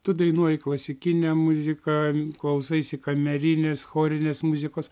tu dainuoji klasikinę muziką klausaisi kamerinės chorinės muzikos